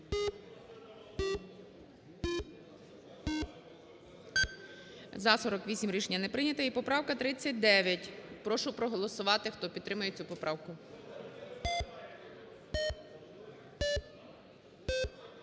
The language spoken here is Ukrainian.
За-48 Рішення не прийнято. І поправка 39. Прошу проголосувати, хто підтримує цю поправку.